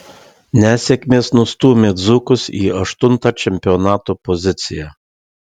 nesėkmės nustūmė dzūkus į aštuntą čempionato poziciją